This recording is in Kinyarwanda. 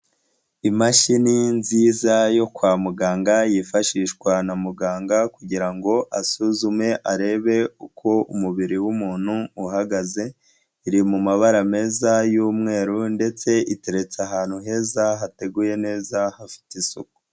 Imashini nziza yo kwa muganga yifashishwa na muganga kugira ngo asuzume arebe uko umubiri w'umuntu uhagaze, iri mu mabara meza y'umweru ndetse iteretse ahantu heza hateguye neza, hafite isuku.